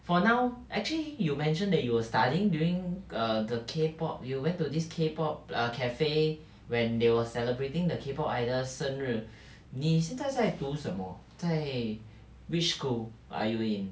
for now actually you mentioned that you were studying during err the K pop you went to this K pop err cafe when they were celebrating the K pop idol 生日你现在在读什么在 which school are you in